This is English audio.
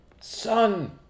Son